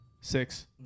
Six